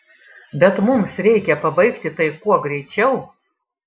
bet mums reikia pabaigti tai kuo greičiau